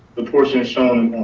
the portion shown